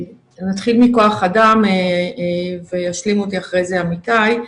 נתחיל מכוח אדם וישלימו אותי אחר זה עמיתיי.